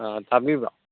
ꯇꯥꯕꯤꯕ꯭ꯔꯣ